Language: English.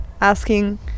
asking